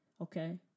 Okay